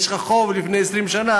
יש לך חוב מלפני 20 שנה,